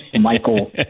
michael